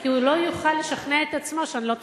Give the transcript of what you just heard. כי הוא לא יוכל לשכנע את עצמו שאני לא צודקת.